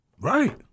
Right